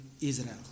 Israel